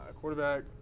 Quarterback